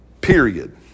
Period